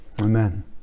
Amen